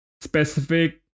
specific